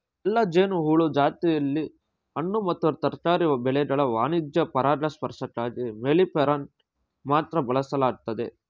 ಎಲ್ಲಾ ಜೇನುಹುಳು ಜಾತಿಲಿ ಹಣ್ಣು ಮತ್ತು ತರಕಾರಿ ಬೆಳೆಗಳ ವಾಣಿಜ್ಯ ಪರಾಗಸ್ಪರ್ಶಕ್ಕಾಗಿ ಮೆಲ್ಲಿಫೆರಾನ ಮಾತ್ರ ಬಳಸಲಾಗ್ತದೆ